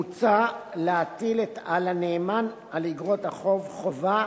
מוצע להטיל על הנאמן על איגרות החוב חובה